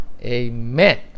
Amen